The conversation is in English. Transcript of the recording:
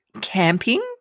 camping